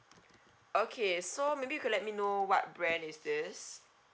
okay so maybe you could let me know what brand is this